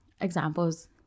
Examples